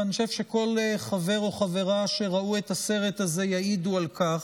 ואני חושב שכל חבר או חברה שראו את הסרט הזה יעידו על כך,